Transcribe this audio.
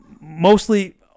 Mostly